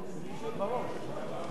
נגד